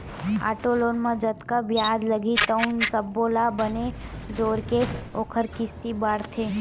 auto loan म जतका बियाज लागही तउन सब्बो ल बने जोरके ओखर किस्ती बाटथे